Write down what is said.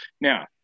Now